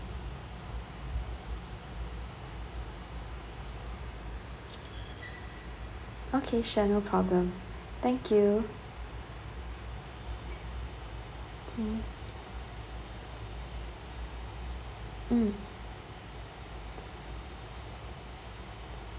okay sure no problem thank you okay mm